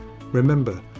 Remember